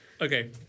Okay